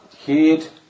heat